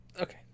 Okay